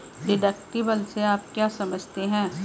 Deductible से आप क्या समझते हैं?